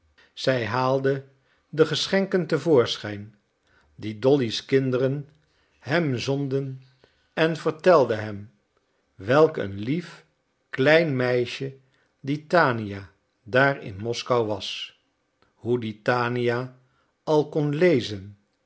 zij haalde de geschenken te voorschijn die dolly's kinderen hem zonden en vertelde hem welk een lief klein meisje die tania daar in moskou was hoe die tania al kon lezen